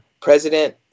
president